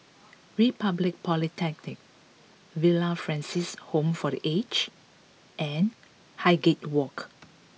Republic Polytechnic Villa Francis Home for the Aged and Highgate Walk